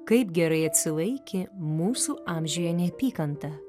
kaip gerai atsilaikė mūsų amžiuje neapykanta